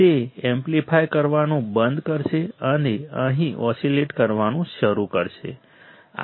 તે એમ્પ્લીફાય કરવાનું બંધ કરશે અને અહીં ઓસીલેટ કરવાનું શરૂ કરશે